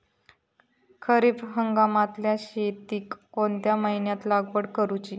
खरीप हंगामातल्या शेतीक कोणत्या महिन्यात लागवड करूची?